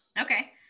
Okay